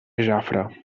jafre